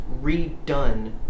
redone